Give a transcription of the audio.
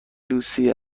لوسی